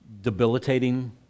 debilitating